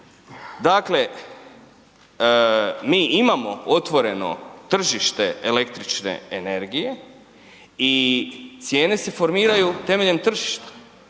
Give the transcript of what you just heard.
Dakle, mi imamo otvoreno tržište električne energije i cijene se formiraju temeljem tržišta.